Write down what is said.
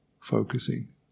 focusing